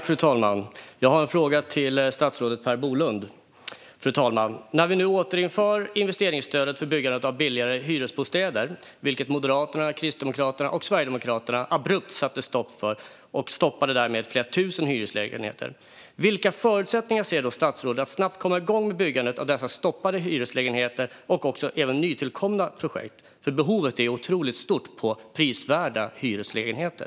Fru talman! Jag har en fråga till statsrådet Per Bolund. Vi återinför nu det investeringsstöd för byggande av billigare hyresbostäder som Moderaterna, Kristdemokraterna och Sverigedemokraterna abrupt satte stopp för. Därmed stoppade de flera tusen hyreslägenheter. Vilka förutsättningar ser statsrådet att snabbt komma igång med byggandet av dessa hyreslägenheter och även nytillkomna projekt? Behovet är ju otroligt stort av prisvärda hyreslägenheter.